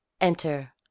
Enter